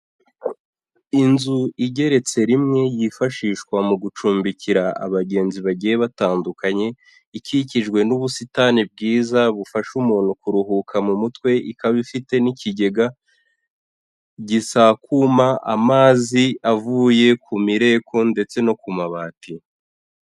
Inzu igeretse rimwe yifashishwa mu gucumbikira abagenzi bagiye batandukanye, ikikijwe n'ubusitani bwiza bufasha umuntu kuruhuka mu mutwe, ikaba ifite n'ikigega gisakuma amazi avuye ku mireko ndetse no ku mabati.